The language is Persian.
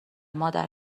مادر